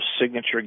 signature